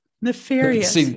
nefarious